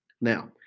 Now